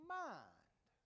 mind